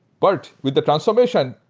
but with the transformation,